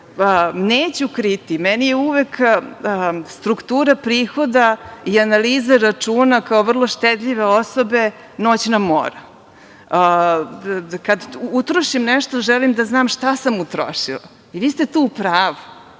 Neću kriti, meni je uvek struktura prihoda i analiza računa kao vrlo štedljive osobe noćna mora. Kada utrošim nešto želim da znam šta sam utrošila i vi ste tu u pravu.